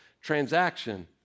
transaction